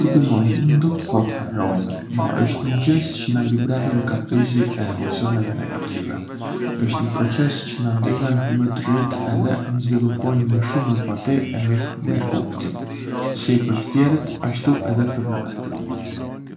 Përdunonj ngë do të thotë harronj, ma është një xhest çë na libërarën ka pizi e emocioneve negative. është një proces çë na ndihën me të rritë edhe me zvëluponj më shumë empati e mirëkuptim, si për të tjerët ashtu edhe për na vetëm.